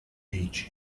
beach